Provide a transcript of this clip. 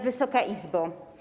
Wysoka Izbo!